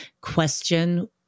question